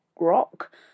Rock